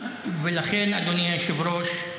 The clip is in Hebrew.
אדוני היושב-ראש,